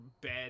bad